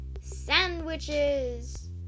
sandwiches